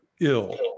ill